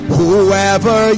Whoever